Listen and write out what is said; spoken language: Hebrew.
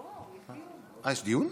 מה, יש דיון?